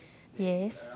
yes